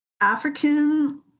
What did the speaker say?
African